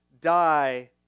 die